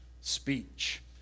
speech